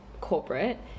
corporate